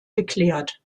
geklärt